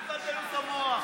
אל תבלבלו במוח.